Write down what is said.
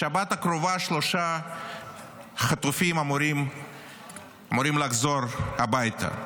בשבת הקרובה שלושה חטופים אמורים לחזור הביתה,